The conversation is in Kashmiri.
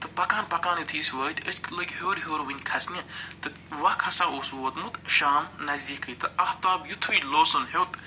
تہٕ پکان پکان یُتھٕے أسۍ وٲتۍ أسۍ لٔگۍ ہیوٚر ہیوٚر وٕنہِ کھسنہِ تہٕ وق ہسا اوس ووتمُت شام نزدیٖکٕے تہٕ آفتاب یُتھٕے لوسُن ہیوٚت